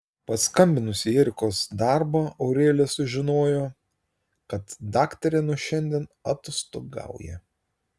paskambinusi į erikos darbą aurelija sužinojo kad daktarė nuo šiandien atostogauja